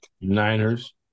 Niners